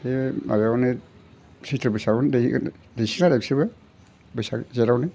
बे माबायावनो सैत्र' बैसागावनो दैगोन दैसिगोन आरो बिसोरो बैसाग जेथआवनो